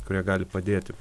kurie gali padėti